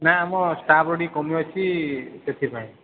ନା ଆମ ଷ୍ଟାଫ୍ ଟିିକେ କମି ଅଛି ସେଥିପାଇଁ